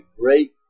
great